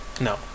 No